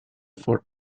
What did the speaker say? for